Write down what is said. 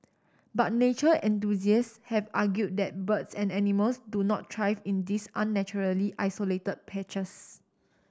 but nature enthusiast have argued that birds and animals do not thrive in these unnaturally isolated patches